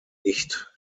nicht